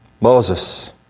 Moses